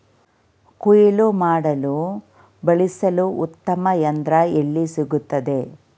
ಕುಯ್ಲು ಮಾಡಲು ಬಳಸಲು ಉತ್ತಮ ಯಂತ್ರ ಎಲ್ಲಿ ಸಿಗುತ್ತದೆ?